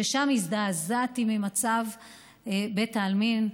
ששם הזדעזעתי ממצב בית העלמין.